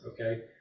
okay